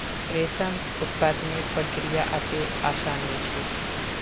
रेशम उत्पादनेर प्रक्रिया अत्ते आसान नी छेक